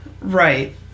Right